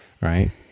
right